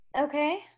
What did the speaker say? Okay